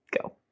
go